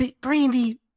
Brandy